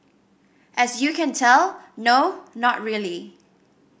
as you can tell no not really